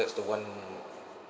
that's the one